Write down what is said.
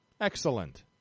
Excellent